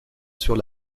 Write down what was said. sur